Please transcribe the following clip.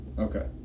Okay